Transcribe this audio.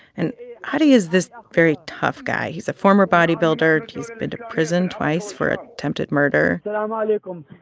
and ah ari is this very tough guy. he's a former body builder. he's been to prison twice for attempted murder but um ah like um